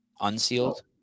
unsealed